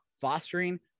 fostering